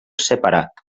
separat